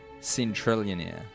centrillionaire